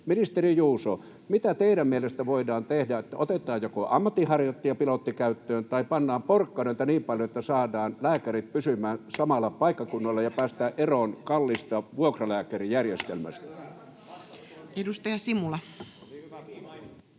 Ministeri Juuso, mitä teidän mielestänne voidaan tehdä, että otetaan joko ammatinharjoittajapilotti käyttöön tai pannaan porkkanoita niin paljon, että saadaan lääkärit pysymään samalla paikkakunnalla [Annika Saarikko: Erinomainen puheenvuoro!] ja päästään eroon kalliista vuokralääkärijärjestelmästä? Edustaja Simula.